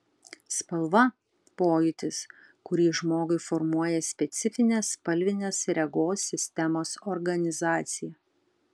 spalva pojūtis kurį žmogui formuoja specifinė spalvinės regos sistemos organizacija